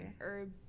herb